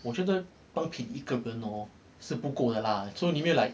我觉得单凭一个人哦是不够的啦 so 你有没有 like